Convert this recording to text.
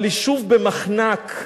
אבל יישוב במחנק,